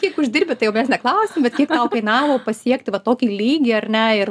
kiek uždirbi tai jau mes neklausim bet kiek tau kainavo pasiekti va tokį lygį ar ne ir